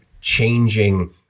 changing